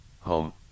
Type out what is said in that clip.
home